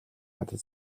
надад